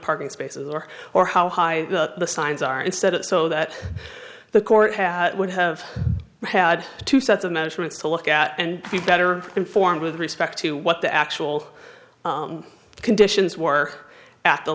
parking spaces or or how high the signs are instead of so that the court had would have had two sets of measurements to look at and be better informed with respect to what the actual conditions work at the